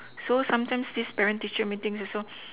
so sometimes this parent teacher meeting also